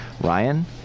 Ryan